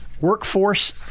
workforce